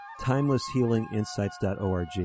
TimelessHealingInsights.org